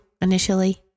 initially